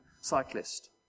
cyclist